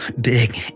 big